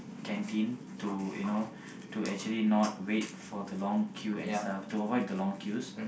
canteen to you know to actually not wait for the long queue and stuff to avoid long queues